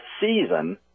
season